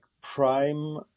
Prime